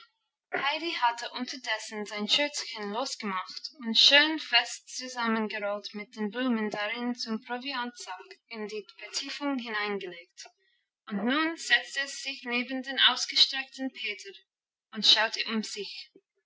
heidi hatte unterdessen sein schürzchen losgemacht und schön fest zusammengerollt mit den blumen darin zum proviantsack in die vertiefung hineingelegt und nun setzte es sich neben den ausgestreckten peter hin und schaute um sich